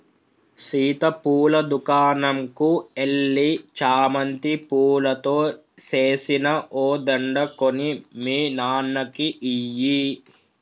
సీత పూల దుకనంకు ఎల్లి చామంతి పూలతో సేసిన ఓ దండ కొని మీ నాన్నకి ఇయ్యి